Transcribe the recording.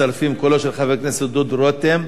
מצרפים את קולו של חבר הכנסת דודו רותם.